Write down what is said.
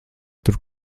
tur